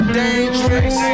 dangerous